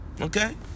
Okay